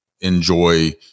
enjoy